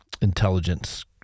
intelligence